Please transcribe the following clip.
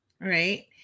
right